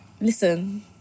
listen